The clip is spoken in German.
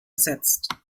ersetzt